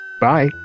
Bye